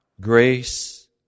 Grace